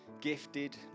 gifted